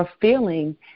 feeling